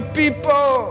people